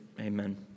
Amen